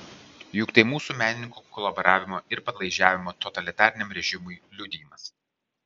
juk tai mūsų menininkų kolaboravimo ir padlaižiavimo totalitariniam režimui liudijimas